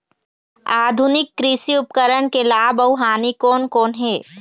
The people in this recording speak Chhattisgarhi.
आधुनिक कृषि उपकरण के लाभ अऊ हानि कोन कोन हे?